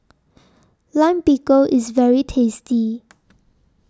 Lime Pickle IS very tasty